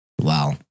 Wow